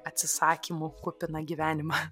atsisakymų kupiną gyvenimą